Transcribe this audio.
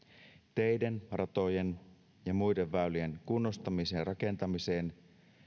teiden ratojen ja muiden väylien kunnostamiseen ja rakentamiseen